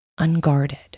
Unguarded